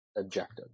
objective